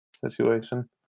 situation